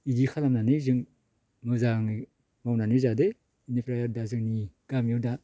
बिदि खालामनानै जों मोजाङै मावनानै जादों बेनिफ्राय आरो दा जोंनि गामियाव दा